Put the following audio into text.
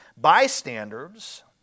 bystanders